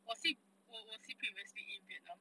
was he was he previously in vietnam